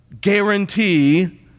guarantee